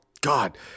god